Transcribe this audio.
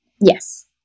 Yes